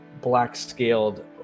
black-scaled